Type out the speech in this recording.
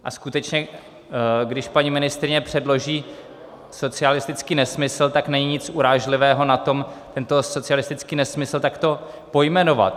A skutečně, když paní ministryně předloží socialistický nesmysl, tak není nic urážlivého na tom, tento socialistický nesmysl takto pojmenovat.